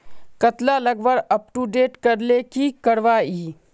कतला लगवार अपटूडेट करले की करवा ई?